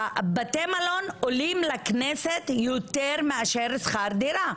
בתי המלון עולים לכנסת יותר מאשר שכר דירה.